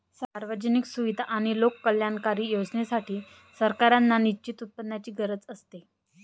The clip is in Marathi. सार्वजनिक सुविधा आणि लोककल्याणकारी योजनांसाठी, सरकारांना निश्चित उत्पन्नाची गरज असते